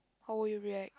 how would you react